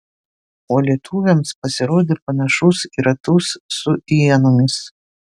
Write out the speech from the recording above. o lietuviams pasirodė panašus į ratus su ienomis